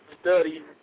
study